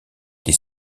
des